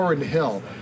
Hill